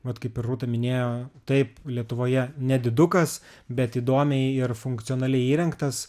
vat kaip ir rūta minėjo taip lietuvoje nedidukas bet įdomiai ir funkcionaliai įrengtas